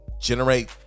generate